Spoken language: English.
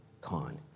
con